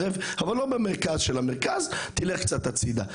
ללכת במרכז של המרכז אלא ללכת קצת הצידה.